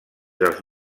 dels